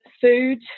food